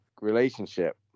relationship